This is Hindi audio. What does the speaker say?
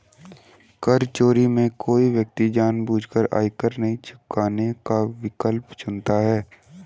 कर चोरी में कोई व्यक्ति जानबूझकर आयकर नहीं चुकाने का विकल्प चुनता है